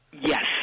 Yes